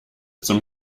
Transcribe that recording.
zum